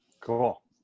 Cool